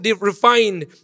refined